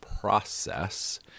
process